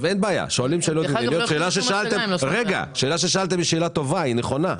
השאלה ששאלתם היא שאלה טובה ונכונה,